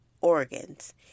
organs